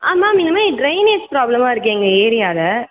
ஆ ma'am இந்தமாதிரி drainage ப்ராப்ளமாக இருக்குது எங்கள் ஏரியாவில்